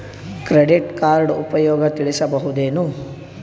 Credit card ಉಪಯೋಗ ತಿಳಸಬಹುದೇನು?